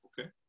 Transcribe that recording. okay